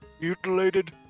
mutilated